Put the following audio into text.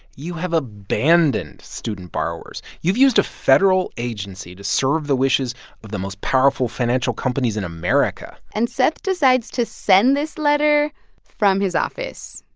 you have abandoned student borrowers. you've used a federal agency to serve the wishes of the most powerful financial companies in america and seth decides to send this letter from his office.